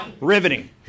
riveting